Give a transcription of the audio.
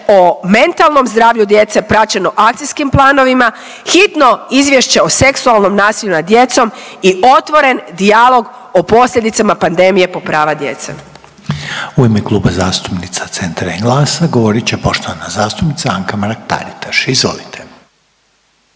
o mentalnom zdravlju djece praćeno akcijskim planovima, hitno izvješće o seksualnom nasilju nad djecom i otvoren dijalog o posljedicama pandemije po prava djece. **Reiner, Željko (HDZ)** U ime Kluba zastupnika Centra i GLAS-a govorit će poštovana zastupnica Anka Mrak Taritaš. Izvolite.